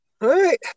right